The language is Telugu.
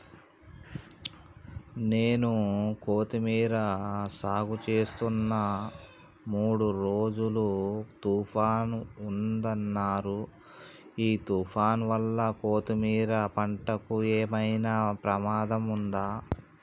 నేను కొత్తిమీర సాగుచేస్తున్న మూడు రోజులు తుఫాన్ ఉందన్నరు ఈ తుఫాన్ వల్ల కొత్తిమీర పంటకు ఏమైనా ప్రమాదం ఉందా?